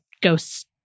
ghosts